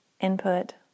input